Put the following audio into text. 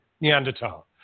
Neanderthal